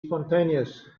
spontaneous